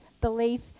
belief